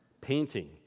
Painting